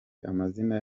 amazina